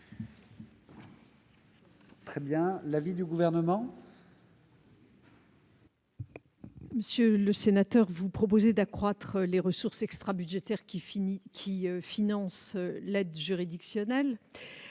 Quel est l'avis du Gouvernement ? Monsieur Mézard, vous proposez d'accroître les ressources extrabudgétaires qui financent l'aide juridictionnelle,